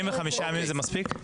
45 יום מספיקים?